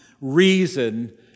reason